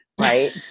Right